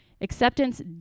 Acceptance